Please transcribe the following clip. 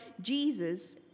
Jesus